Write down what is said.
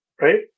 right